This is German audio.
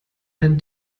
ein